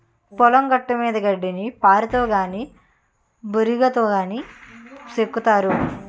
పొలం గట్టుమీద గడ్డిని పారతో గాని బోరిగాతో గాని సెక్కుతారు